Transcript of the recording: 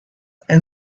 and